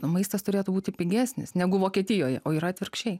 o maistas turėtų būti pigesnis negu vokietijoje o yra atvirkščiai